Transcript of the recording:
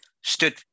stood